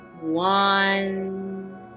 one